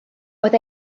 oedd